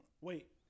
Wait